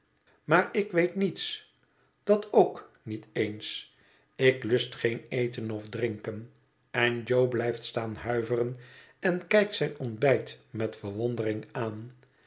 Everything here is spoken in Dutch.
maar ik weet niets dat ook niet eens ik lust geen eten of drinken en jo blijft staan huiveren en kijkt zijn ontbijt met verwondering aan